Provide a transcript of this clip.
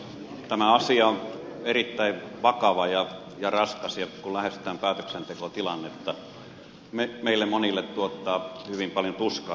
tämä asia on erittäin vakava ja raskas ja kun lähestytään päätöksentekotilannetta meille monille se tuottaa hyvin paljon tuskaa ja vaikeutta